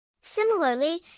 Similarly